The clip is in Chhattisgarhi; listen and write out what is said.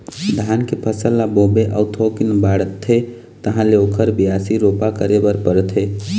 धान के फसल ल बोबे अउ थोकिन बाढ़थे तहाँ ले ओखर बियासी, रोपा करे बर परथे